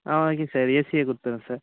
ஆ okay sir ஏசியே கொடுத்துறேன் sir